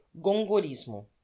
gongorismo